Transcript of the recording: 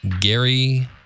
Gary